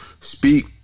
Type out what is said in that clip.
Speak